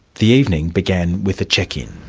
the evening began with a check-in.